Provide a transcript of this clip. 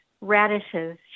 radishes